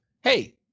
hey